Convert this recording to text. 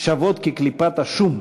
שוות כקליפת השום,